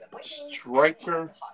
striker